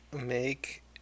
Make